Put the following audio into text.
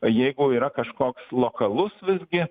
jeigu yra kažkoks lokalus visgi